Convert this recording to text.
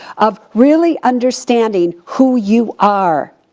of really understanding who you are.